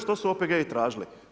Što su OPG-i tražili?